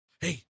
Hey